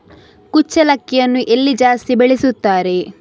ಕುಚ್ಚಲಕ್ಕಿಯನ್ನು ಎಲ್ಲಿ ಜಾಸ್ತಿ ಬೆಳೆಸುತ್ತಾರೆ?